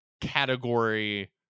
category